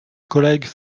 collègues